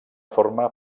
forma